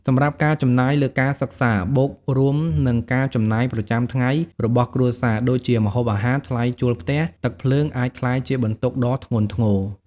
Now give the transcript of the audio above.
សម្រាប់ការចំណាយលើការសិក្សា បូករួមនឹងការចំណាយប្រចាំថ្ងៃរបស់គ្រួសារ ដូចជា ម្ហូបអាហារ ថ្លៃជួលផ្ទះ ទឹកភ្លើង អាចក្លាយជាបន្ទុកដ៏ធ្ងន់ធ្ងរ។